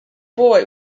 boy